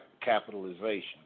capitalization